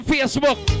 Facebook